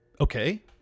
Okay